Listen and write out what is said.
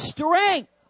Strength